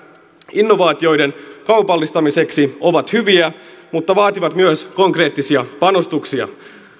innovaatioiden kaupallistamiseksi ovat hyviä mutta vaativat myös konkreettisia panostuksia